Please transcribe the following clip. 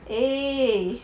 eh